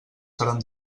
seran